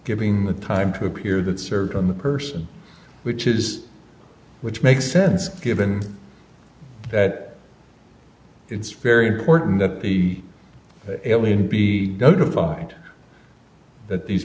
giving the time to appear that served on the person which is which makes sense given that it's very important that the alien be notified that these